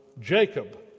Jacob